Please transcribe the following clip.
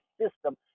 system